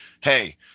Hey